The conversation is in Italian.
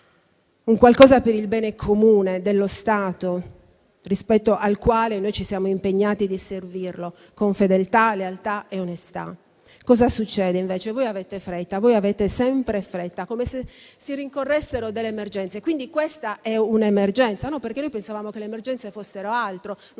qualcosa per il bene comune dello Stato rispetto al quale ci siamo impegnati di servire con fedeltà, lealtà e onestà. Quel che succede, invece, è che voi avete fretta, avete sempre fretta, come se si rincorressero delle emergenze, quindi questa è un'emergenza? Noi pensavamo che le emergenze fossero altre,